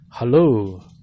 Hello